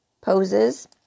poses